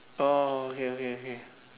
oh okay okay okay